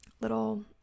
Little